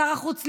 שר החוץ ליברמן: